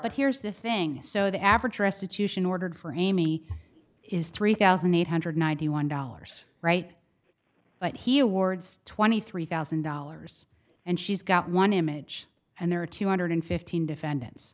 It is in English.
but here's the thing so the average restitution ordered for amy is three thousand eight hundred ninety one dollars right but he awards twenty three thousand dollars and she's got one image and there are two hundred fifteen defendants